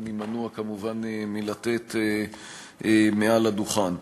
אני מנוע מלתת מעל הדוכן.